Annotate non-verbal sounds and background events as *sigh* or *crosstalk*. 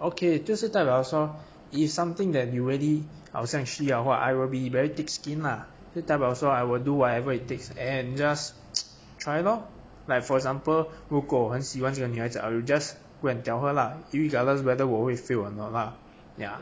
okay 就是代表说 if something that you already I was actually I !wah! I will be very thick skin lah 就代表说 I will do whatever it takes and just *noise* try lor like for example 如果我很喜欢这个女孩子 I will just go and tell her lah irregardless whether 我会 fail or not lah ya